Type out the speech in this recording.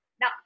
Now